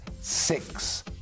six